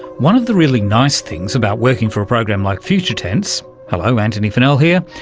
one of the really nice things about working for a program like future tense, hello, antony funnell here,